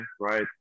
right